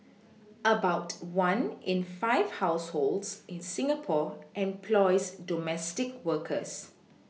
about one in five households in Singapore employs domestic workers